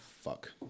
Fuck